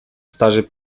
starzy